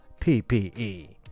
PPE